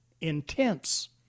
intense